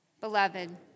Beloved